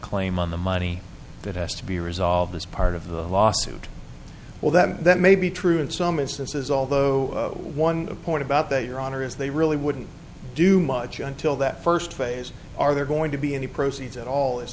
claim on the money that has to be resolved as part of the lawsuit well that that may be true in some instances although one point about that your honor is they really wouldn't do much until that first phase are there going to be any proceeds at all is